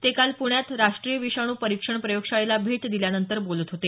ते काल पुण्यात राष्टीय विषाणू परीक्षण प्रयोगशाळेला भेट दिल्यानंतर बोलत होते